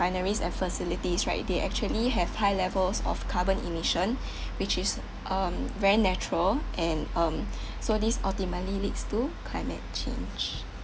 refineries and facilities right they actually have high levels of carbon emission which is um very natural and um so this ultimately leads to climate change